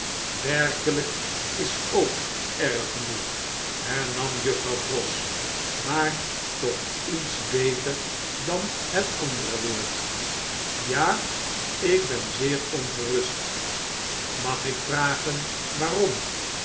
werkelp is ook erg genoeg hernam jufvrouw pross maar toch iets beter dan het andere woord ja ik ben zeer ongerust mag ik vragen waarom